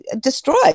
destroyed